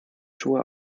schuhe